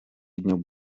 widniał